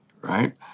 right